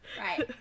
Right